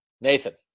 Nathan